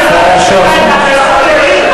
שאלה,